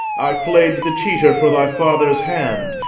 i play'd the cheater for thy father's hand,